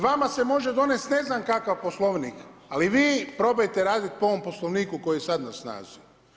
Vama se može donesti ne znam kakav Poslovnik, ali vi probajte raditi po ovom poslovniku koji je sada na snazi.